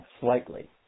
slightly